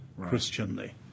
Christianly